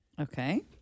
Okay